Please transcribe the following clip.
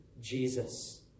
Jesus